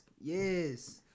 Yes